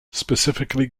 specifically